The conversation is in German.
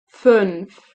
fünf